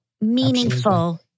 meaningful